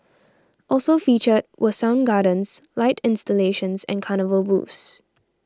also featured were sound gardens light installations and carnival booths